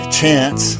chance